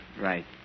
Right